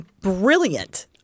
Brilliant